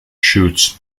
shoots